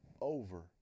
over